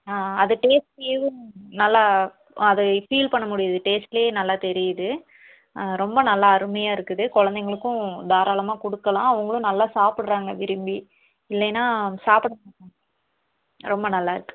ஆ அது டேஸ்ட் நல்லா அதை ஃபீல் பண்ண முடியுது டேஸ்ட்டிலே நல்லா தெரியுது ரொம்ப நல்லா அருமையாக இருக்குது குழந்தைங்களுக்கும் தாராளமாக கொடுக்கலாம் அவங்களும் நல்லா சாப்பிட்றாங்க விரும்பி இல்லைன்னா சாப்பிட மாட்டாங்க ரொம்ப நல்லா இருக்கு